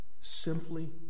Simply